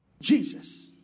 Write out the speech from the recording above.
Jesus